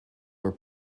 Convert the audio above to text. were